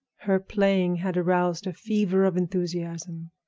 her playing had aroused a fever of enthusiasm.